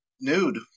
nude